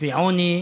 ועוני